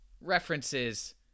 references